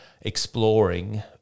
exploring